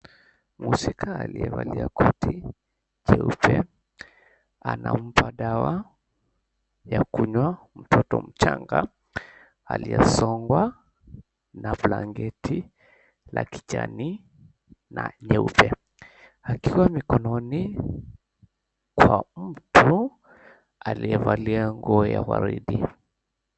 Muhusika aliyevaa koti jeupe anampaa dawa mtoto mchanga aliye songwa na blanketi la kijani na nyeupe akiwa ana mikononi kwa mtu aliyevalia nguo ya waridi.